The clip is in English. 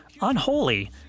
Unholy